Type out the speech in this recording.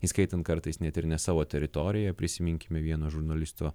įskaitant kartais net ir ne savo teritoriją prisiminkime vieno žurnalisto